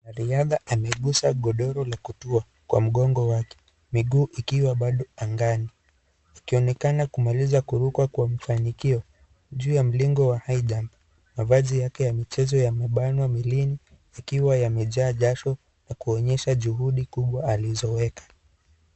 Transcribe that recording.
Mwanariadha amekuza godoro la kutua kwa mgongo wake miguu ikiwa bado angani. Akionekana kumaliza kuruka kwa mfanyikio. Juu ya mlingo wa high jump . Mavazi yake ya michezo yamebanwa mwilini zikiwa yamejaa jasho ya kuonyesha juhudi kubwa alizoweka.